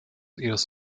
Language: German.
ihres